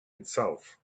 itself